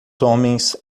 homens